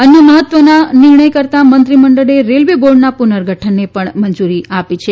અન્ય મહત્વનો નિર્ણય કરતાં મંત્રી મંડળે રેલવે બોર્ડના પુનગઠનને પણ મંજુરી આપી છે